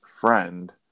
friend